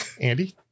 Andy